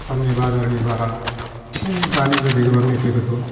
दखाननि बाजारनि बारा बे दानि गोदै गोबाब मेथाइफोरखौ